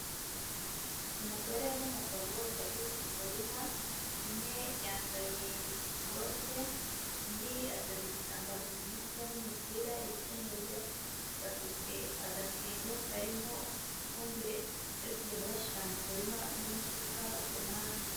Umugore n'umugabo bari mu murima, umwe yambaye ikote, undi ateza igitambaro mu mtwe n'umupira yikenyeje, bafite agatebo karimo ifumbire, bari kugenda bashyira mu murima, n'umufuka ku ruhande.